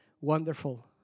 wonderful